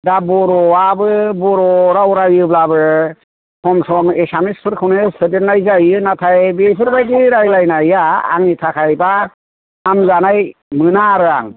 दा बर'आबो बर' राव राइयोब्लाबो सम सम एसामिसफोरखौनो सोदेरनाय जायो नाथाय बेफोरबादि रायलायनाया आंनि थाखायबा हामजानाय मोना आरो आं